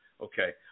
okay